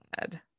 bad